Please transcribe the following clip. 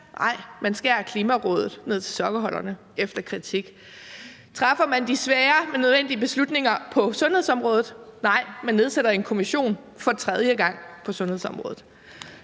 Nej, man skærer Klimarådet ned til sokkeholderne efter deres kritik. Træffer man de svære, men nødvendige beslutninger på sundhedsområdet? Nej, man nedsætter en kommission for tredje gang på sundhedsområdet.